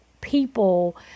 people